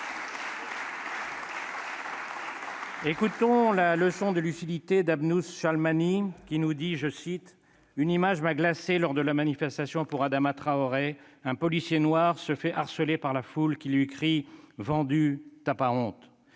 Écoutons la leçon de lucidité d'Abnousse Shalmani :« Une image m'a glacée lors de la manifestation pour Adama Traoré : un policier noir se fait harceler par la foule qui lui crie :" Vendu ! T'as pas honte ?